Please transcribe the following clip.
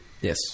Yes